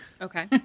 Okay